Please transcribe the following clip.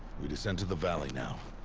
we descend to the valley now.